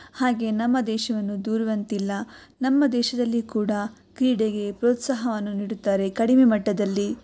ಹಾಗೇ ನಮ್ಮ ದೇಶವನ್ನು ದೂರುವಂತಿಲ್ಲ ನಮ್ಮ ದೇಶದಲ್ಲಿ ಕೂಡ ಕ್ರೀಡೆಗೆ ಪ್ರೋತ್ಸಾಹವನ್ನು ನೀಡುತ್ತಾರೆ ಕಡಿಮೆ ಮಟ್ಟದಲ್ಲಿ